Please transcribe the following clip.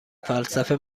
فلسفه